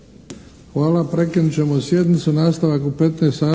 Hvala.